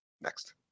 Next